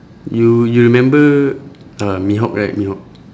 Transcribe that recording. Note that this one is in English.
you you remember uh mihawk right mihawk